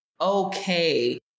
okay